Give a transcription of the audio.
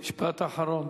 משפט אחרון,